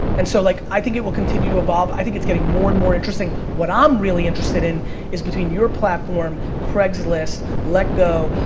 and so like, i think it will continue to evolve, i think it's getting more and more interesting. what i'm really interested in is between your platform, craigslist, letgo,